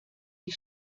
die